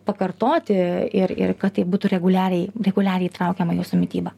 pakartoti ir ir kad tai būtų reguliariai reguliariai įtraukiama į jūsų mitybą